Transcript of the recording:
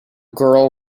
girl